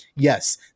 yes